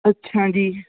ਅੱਛਾ ਜੀ